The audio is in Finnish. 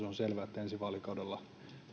on selvää että ensi vaalikaudella